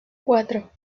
cuatro